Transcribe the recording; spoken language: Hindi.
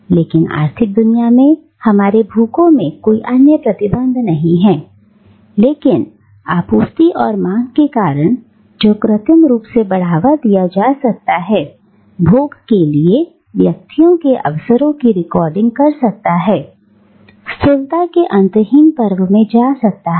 लेकिन आर्थिक दुनिया में हमारे भूखों में कोई अन्य प्रतिबंध नहीं है लेकिन आपूर्ति और मांग के कारण जो कृत्रिम रूप से बढ़ावा दिया जा सकता है भोग के लिए व्यक्तियों के अवसरों की रिकॉर्डिंग कर सकता है स्थूलता के अंतहीन पर्व में जा सकता है